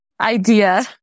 idea